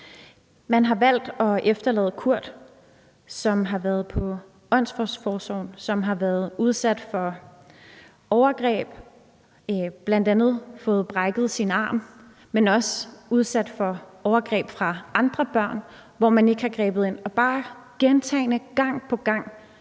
over og tale med dem. Kurt har været i åndssvageforsorgen og har været udsat for overgreb, bl.a. fået brækket sin arm, men også udsat for overgreb fra andre børn, hvor man ikke har grebet ind, og bare gang på gang